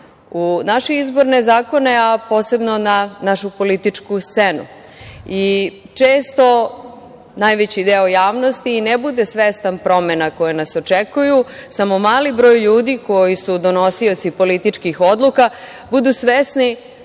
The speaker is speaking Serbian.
u naše izborne zakone, a posebno na našu političku scenu. Često najveći deo javnosti i ne bude svestan promena koje nas očekuju. Samo mali broj ljudi, koji su donosioci političkih odluka, budu svesni